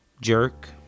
jerk